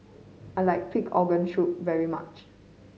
I like pig organ soup very much